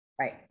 right